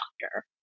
doctor